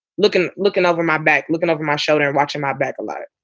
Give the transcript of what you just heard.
looking looking over my back, looking over my shoulder, watching my back alive